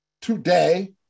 today